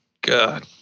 God